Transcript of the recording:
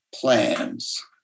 plans